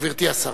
גברתי השרה.